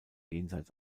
jenseits